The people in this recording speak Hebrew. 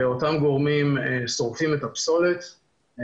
אותם גורמים שורפים את הפסולת,